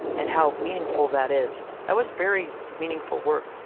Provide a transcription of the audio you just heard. and how meaningful that is. that was very meaningful work.